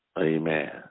amen